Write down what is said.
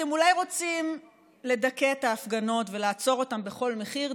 אתם אולי רוצים לדכא את ההפגנות ולעצור אותן בכל מחיר,